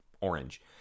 orange